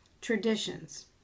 traditions